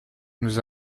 nous